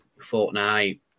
fortnight